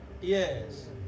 Yes